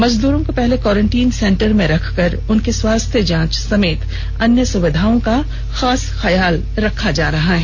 मजदूरों को पहले कोरेंटाईन सेंटर में रखकर उनके स्वास्थ्य जांच समेत अन्य सुविधाओं का खास ख्याल रखा जा रहा है